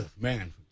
Man